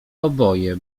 oboje